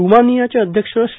ठुमानियाचे अध्यक्ष श्री